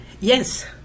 Yes